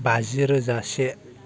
बाजि रोजा से